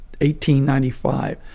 1895